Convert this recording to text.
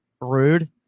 Rude